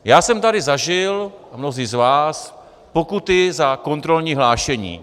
Já jsem tady zažil, a mnozí z vás, pokuty za kontrolní hlášení.